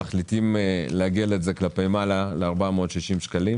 אנחנו מחליטים לעגל את זה כלפי מעלה ל-460 שקלים